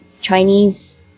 Chinese